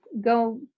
go